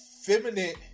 feminine